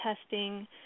testing